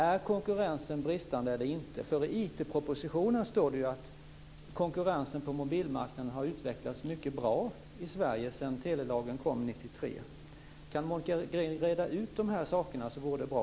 Är det bristande konkurrens eller inte? I IT-propositionen står det nämligen att konkurrensen på mobilmarknaden har utvecklats mycket bra i Sverige sedan telelagen kom 1993. Om Monica Green kan reda ut dessa saker så vore det bra.